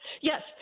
Yes